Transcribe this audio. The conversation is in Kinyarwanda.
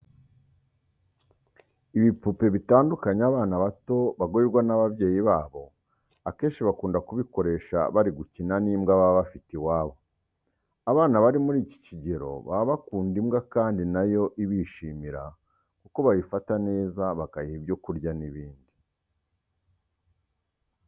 Ibipupe bitandukanye abana bato bagurirwa n'ababyeyi babo akenshi bakunda kubikoresha bari gukina n'imbwa baba bafite iwabo. Abana bari muri iki kigero baba bakunda imbwa kandi na yo ibishimira kuko bayifata neza bakayiha ibyo kurya n'ibindi.